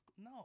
no